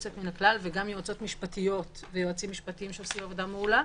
יוצאת מן הכלל וגם יועצות משפטיות ויועצים משפטיים שעושים עבודה מעולה,